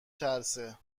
ترسه